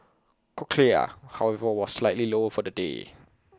cochlear however was slightly lower for the day